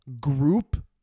group